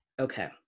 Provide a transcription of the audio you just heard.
Okay